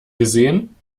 gesehen